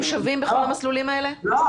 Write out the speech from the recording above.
שווים בכל המסלולים האלה, אריאלה?